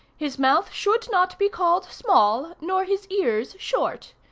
his mouth should not be called small, nor his ears short.